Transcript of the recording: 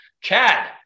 Chad